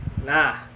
Nah